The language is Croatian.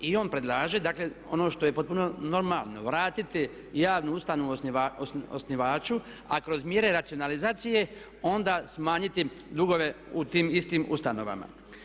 I on predlaže, dakle ono što je potpuno normalno, vratiti javnu ustanovu osnivaču a kroz mjere racionalizacije onda smanjiti dugove u tim istim ustanovama.